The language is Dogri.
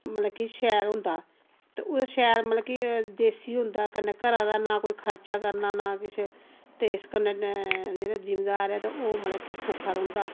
मतलब कि शैल हुंदा ते ओह् शैल मतलब कि देसी हुंदा कन्नै घरा दा नां कोई खर्चा करना ना कुछ ते इस कन्नै जेहड़े जिमीदार न ते ओह् मतलब कि सौक्खा रौंहदा